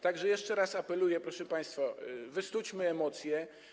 Tak że jeszcze raz apeluję, proszę państwa: ostudźmy emocje.